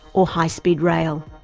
or high speed rail.